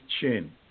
chain